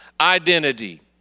identity